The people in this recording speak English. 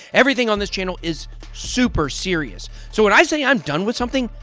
everything on this channel is super serious. so when i say i'm done with something,